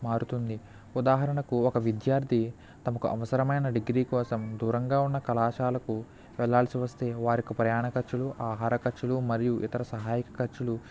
మారుతుంది ఉదాహరణకు ఒక విద్యార్ధి తమకు అవసరమైన డిగ్రీ కోసం దూరంగా ఉన్న కళాశాలకు వెళ్లాల్సివస్తే వారికి ప్రయాణ ఖర్చులు ఆహార ఖర్చులు మరియు ఇతర సహాయక ఖర్చులు